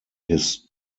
his